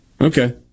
Okay